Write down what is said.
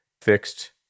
fixed